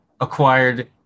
acquired